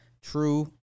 True